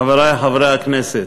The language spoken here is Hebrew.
חברי חברי הכנסת,